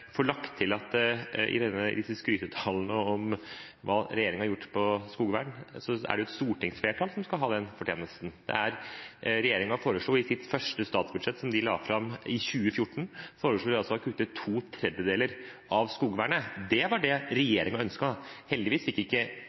lagt til at i disse skrytetalene om hva regjeringen har gjort for skogvern, er det et stortingsflertall som skal ha den fortjenesten. Regjeringen foreslo i sitt første statsbudsjett, som de la fram i 2014, å kutte to tredeler av skogvernet – det var det regjeringen ønsket. Heldigvis fikk ikke